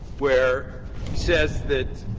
where he says that,